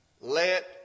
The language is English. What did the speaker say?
Let